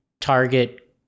Target